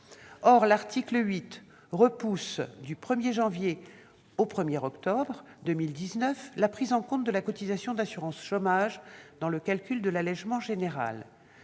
Or l'article 8 repousse du 1 janvier au 1 octobre 2019 la prise en compte de la cotisation d'assurance chômage dans le calcul de l'allégement général.